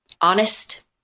honest